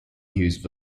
use